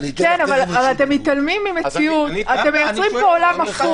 אבל אתם מתעלמים ממציאות, יוצרים פה עולם הפוך.